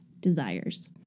desires